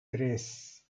tres